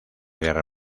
guerra